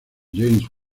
james